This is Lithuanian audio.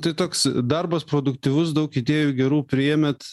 tai toks darbas produktyvus daug idėjų gerų priėmėt